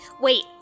Wait